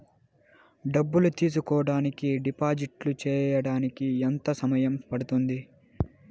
డబ్బులు తీసుకోడానికి డిపాజిట్లు సేయడానికి ఎంత సమయం పడ్తుంది